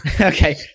Okay